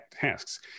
tasks